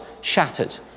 shattered